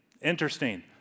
Interesting